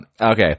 okay